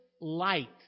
light